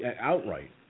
outright